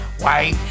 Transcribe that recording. white